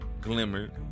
glimmered